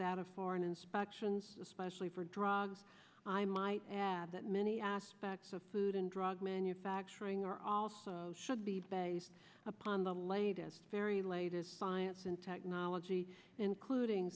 that of foreign inspections especially for drugs i might add that many aspects of food and drug manufacturing are also should be based upon the latest very latest science and technology including